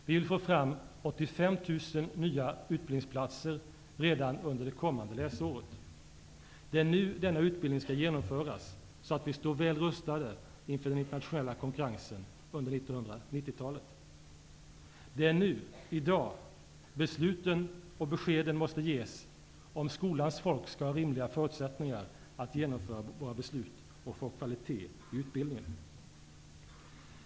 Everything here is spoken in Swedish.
Vi vill få fram 85 000 nya utbildningsplatser redan under det kommande läsåret. Det är nu denna utbildning skall genomföras så att vi står väl rustade inför den internationella konkurrensen under 1990-talet. Det är nu, i dag, besluten måste fattas och beskeden måste ges om skolans folk skall ha rimliga förutsättningar att genomföra våra beslut och få kvalitet i utbildningen.